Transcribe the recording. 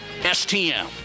STM